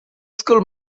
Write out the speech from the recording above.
school